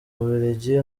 bubiligi